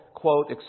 quote